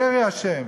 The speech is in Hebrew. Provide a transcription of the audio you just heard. קרי אשם